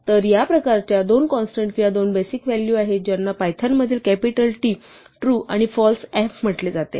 तर या प्रकारच्या दोन कॉन्स्टन्ट किंवा दोन बेसिक व्हॅल्यू आहेत ज्यांना पायथॉन मध्ये कॅपिटल T ट्रू आणि फाल्स F म्हटले जाते